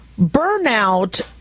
Burnout